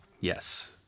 yes